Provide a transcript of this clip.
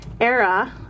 era